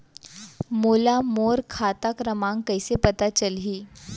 मोला मोर खाता क्रमाँक कइसे पता चलही?